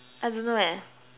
I don't know leh